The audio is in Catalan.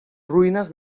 ruïnes